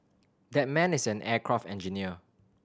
that man is an aircraft engineer